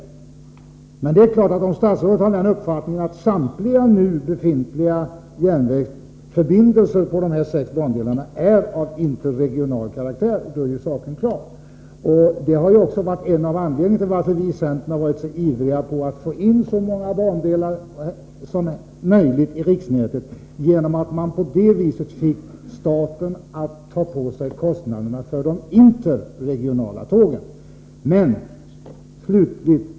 Om statsrådet har den uppfattningen att samtliga nu befintliga järnvägsförbindelser på dessa sex bandelar är av interregional karaktär, är ju saken klar. Det har också varit en av orsakerna till att vi i centern varit så ivriga på att få in så många bandelar som möjligt i riksnätet. På det sättet kan man ju få staten att ta på sig kostnaderna för de interregionala tågen.